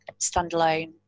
standalone